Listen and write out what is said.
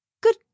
good